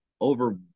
over